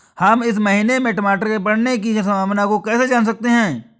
हम इस महीने में टमाटर के बढ़ने की संभावना को कैसे जान सकते हैं?